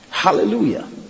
hallelujah